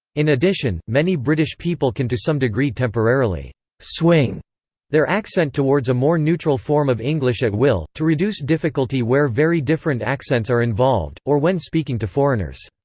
in addition, many british people can to some degree temporarily swing their accent towards a more neutral form of english at will, to reduce difficulty where very different accents are involved, or when speaking to foreigners.